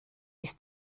ist